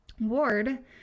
ward